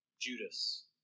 Judas